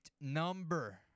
number